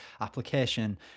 application